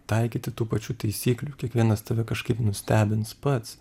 taikyti tų pačių taisyklių kiekvienas tave kažkaip nustebins pats